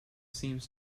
seems